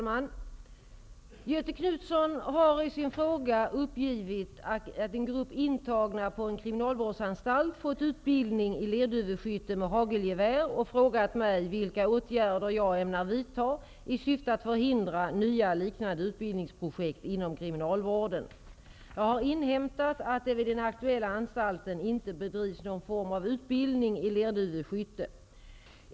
Herr talman! Göthe Knutson har i sin fråga uppgivit att en grupp intagna på en kriminalvårdsanstalt fått utbildning i lerduveskytte med hagelgevär och frågat mig vilka åtgärder jag ämnar vidta i syfte att förhindra nya liknande utbildningsprojekt inom kriminalvården. Jag har inhämtat att det vid den aktuella anstalten inte bedrivs någon form av utbildning i lerduveskytte.